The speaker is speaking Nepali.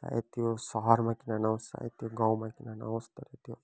चाहे त्यो सहरमा किन नहोस् चाहे त्यो गाउँमा किन नहोस् तर त्यो